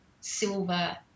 silver